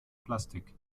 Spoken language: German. plastik